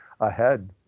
ahead